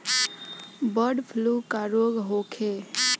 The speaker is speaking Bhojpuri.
बडॅ फ्लू का रोग होखे?